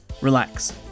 relax